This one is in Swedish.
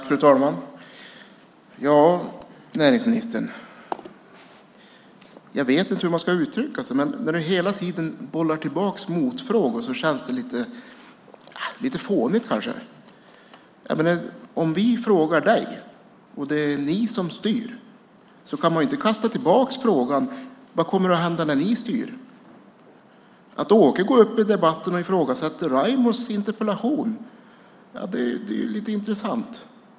Fru talman! Jag vet inte hur man ska uttrycka sig, men när näringsministern hela tiden bollar tillbaka motfrågor känns det lite fånigt. Om vi frågar ministern, och det är ni som styr, kan ju ministern inte kasta tillbaka frågan: Vad kommer att hända när ni styr? Att Åke Sandström går upp i debatten och ifrågasätter Raimo Pärssinens interpellation är lite intressant.